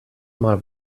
mal